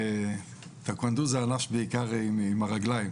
טקוונדו זה ענף בעיקר עם הרגליים.